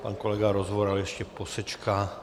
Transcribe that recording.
Pan kolega Rozvoral ještě posečká.